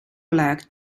legged